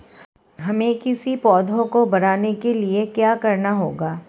हमें किसी पौधे को बढ़ाने के लिये क्या करना होगा?